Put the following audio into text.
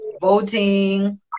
voting